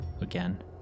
again